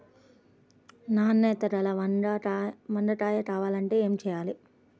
నాణ్యత గల వంగ కాయ కావాలంటే ఏమి చెయ్యాలి?